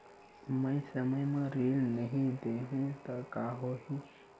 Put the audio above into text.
मैं समय म ऋण नहीं देहु त का होही